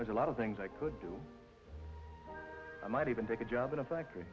there's a lot of things i could do i might even take a job in a factory